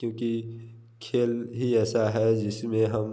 क्योंकि खेल ही ऐसा है जिसमें हम